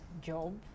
job